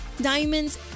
Diamonds